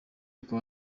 akaba